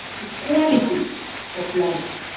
the quality of life.